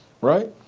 right